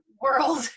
world